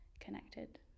connected